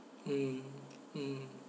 mm mm